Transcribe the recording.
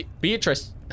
Beatrice